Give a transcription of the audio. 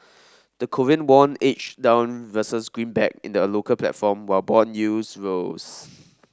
the Korean won edged down versus greenback in the local platform while bond yields rose